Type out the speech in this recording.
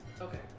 Okay